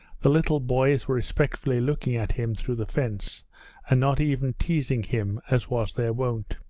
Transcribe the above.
the little boys were respectfully looking at him through the fence and not even teasing him as was their wont.